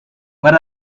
what